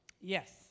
Yes